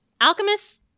alchemists